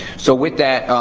so, with that,